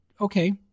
Okay